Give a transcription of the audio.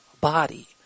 body